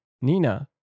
Nina